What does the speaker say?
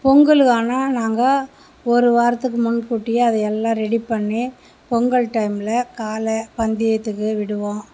பொங்கல் ஆனால் நாங்கள் ஒரு வாரத்துக்கு முன் கூட்டியே அது எல்லாம் ரெடி பண்ணி பொங்கல் டைம்மில் காளை பந்தயத்துக்கு விடுவோம்